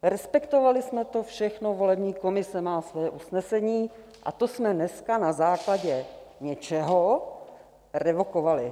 Respektovali jsme to všechno, volební komise má svoje usnesení, a to jsme dneska na základě něčeho revokovali.